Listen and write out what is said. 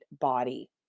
body